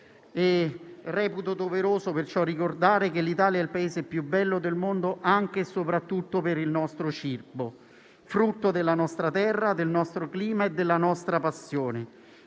Reputo doveroso perciò ricordare che l'Italia è il Paese più bello del mondo anche e soprattutto per il nostro cibo, frutto della nostra terra, del nostro clima e della nostra passione.